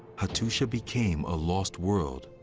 hattusha became a lost world,